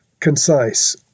Concise